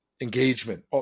engagement